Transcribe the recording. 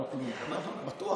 לא בטוח.